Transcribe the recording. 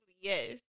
yes